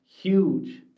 huge